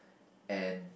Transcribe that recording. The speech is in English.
and